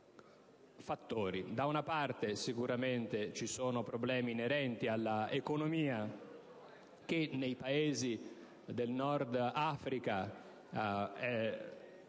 vari fattori. Sicuramente ci sono problemi inerenti all'economia, che nei Paesi del Nord Africa è